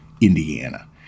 Indiana